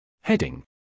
Heading